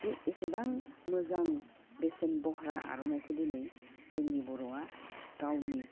बे एसेबां मोजां बेसेन बरहा आर'नाइखौ दिनै जोंनि बर'आ गावनि